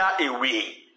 away